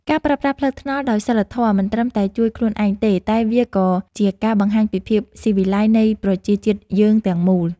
ការប្រើប្រាស់ផ្លូវថ្នល់ដោយសីលធម៌មិនត្រឹមតែជួយខ្លួនឯងទេតែវាគឺជាការបង្ហាញពីភាពស៊ីវិល័យនៃប្រជាជាតិយើងទាំងមូល។